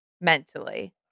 mentally